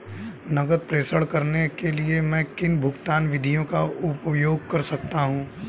नकद प्रेषण करने के लिए मैं किन भुगतान विधियों का उपयोग कर सकता हूँ?